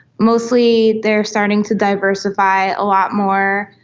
mostly they are starting to diversify a lot more.